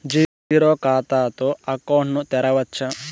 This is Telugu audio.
జీరో ఖాతా తో అకౌంట్ ను తెరవచ్చా?